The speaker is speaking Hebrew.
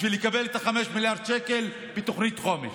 בשביל לקבל 5 מיליארד שקל בתוכנית חומש.